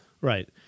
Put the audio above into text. Right